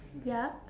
ya